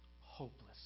hopeless